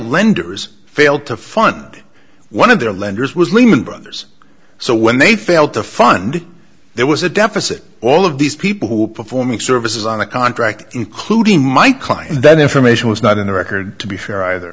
lenders failed to fund one of their lenders was lehman brothers so when they failed to fund it there was a deficit all of these people who were performing services on a contract including my client that information was not in the record to be fair either